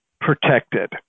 protected